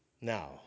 Now